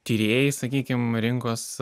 tyrėjai sakykim rinkos